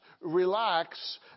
relax